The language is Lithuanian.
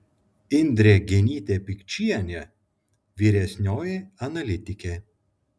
indrė genytė pikčienė vyresnioji analitikė